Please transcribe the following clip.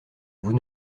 vous